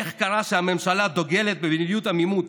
איך קרה שהממשלה דוגלת במדיניות עמימות